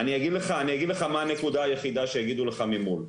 אני אגיד לך מה הנקודה היחידה שיגידו לך מימון,